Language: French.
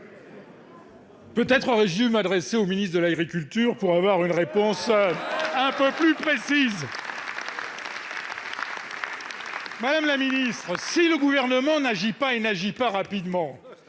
Peut-être aurais-je dû m'adresser au ministre de l'agriculture pour avoir une réponse un peu plus précise ... Madame la ministre, si le Gouvernement n'agit pas rapidement,